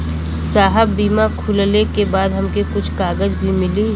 साहब बीमा खुलले के बाद हमके कुछ कागज भी मिली?